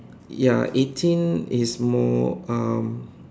ya eighteen is more um